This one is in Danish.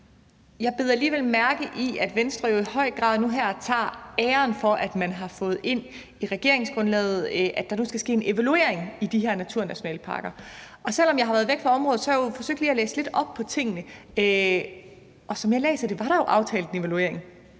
Jeg bed alligevel mærke i, at Venstre jo i høj grad nu her tager æren for, at man har fået ind i regeringsgrundlaget, at der nu skal ske en evaluering af de her naturnationalparker. Og da jeg har været væk fra området, har jeg forsøgt lige at læse lidt op på tingene, og som jeg læser det, var der jo aftalt en evaluering.